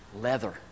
Leather